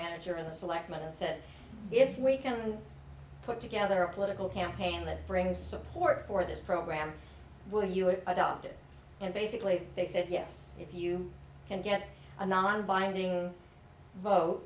manager of the selectmen and said if we can put together a political campaign that brings support for this program will you were adopted and basically they said yes if you can get a non binding vote